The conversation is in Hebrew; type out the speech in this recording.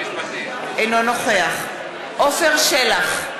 אינו נוכח עפר שלח,